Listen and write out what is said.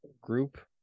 group